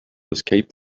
escape